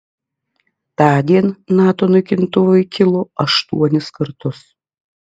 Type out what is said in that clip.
tądien nato naikintuvai kilo aštuonis kartus